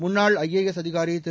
முன்னாள் ஐஏஎஸ் அதிகாரி திரு